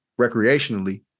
Recreationally